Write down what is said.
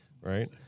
right